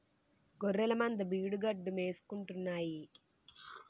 గొఱ్ఱెలమంద బీడుగడ్డి మేసుకుంటాన్నాయి